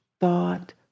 thought